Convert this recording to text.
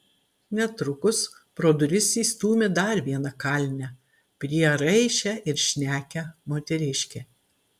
netrukus pro duris įstūmė dar vieną kalinę prieraišią ir šnekią moteriškę